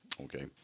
Okay